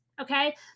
Okay